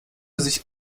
sich